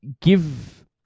give